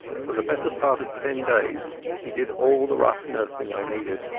for the better part of ten days he did all the rough nursing i needed.